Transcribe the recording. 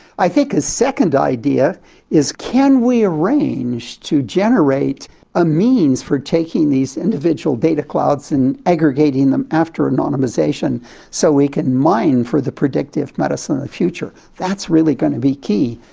i think a second idea is, can we arrange to generate a means for taking these individual data clouds and aggregating them after anonymisation so we can mine for the predictive medicine of the future. that's really going to be key,